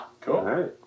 cool